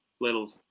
little